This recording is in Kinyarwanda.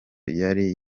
yari